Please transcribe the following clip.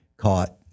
caught